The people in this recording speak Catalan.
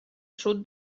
sud